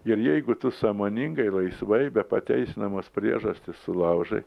ir jeigu tu sąmoningai laisvai be pateisinamos priežasties sulaužai